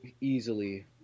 easily